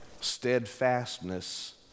steadfastness